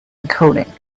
encoding